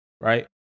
right